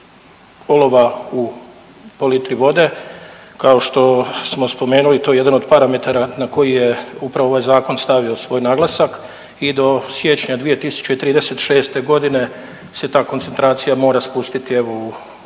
olova po litri vode. Kao što smo spomenuli to je jedan od parametara na koji je upravo ovaj zakon stavio svoj naglasak i do siječnja 2036. godine se ta koncentracija mora spustiti